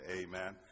amen